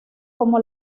como